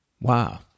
Wow